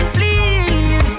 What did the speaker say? Please